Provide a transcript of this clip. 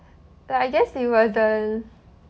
but I guess it wasn't